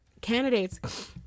candidates